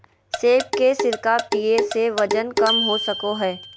सेब के सिरका पीये से वजन कम हो सको हय